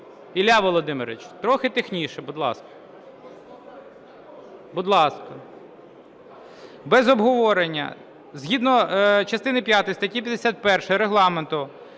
Ілля Володимирович, трохи тихіше, будь ласка. Будь ласка! Без обговорення. Згідно частини п'ятої статті 51 Регламенту